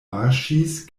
marŝis